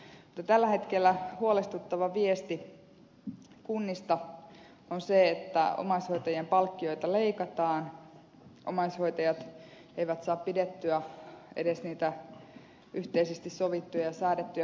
tällä hetkellä huolestuttava viesti kunnista on se että omaishoitajien palkkioita leikataan omaishoitajat eivät saa pidettyä edes niitä yhteisesti sovittuja ja säädettyjä vapaapäiviä